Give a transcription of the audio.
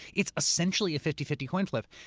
it's essentially a fifty fifty coin flip.